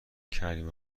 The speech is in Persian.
کریم